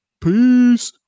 Peace